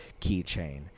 keychain